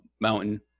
mountain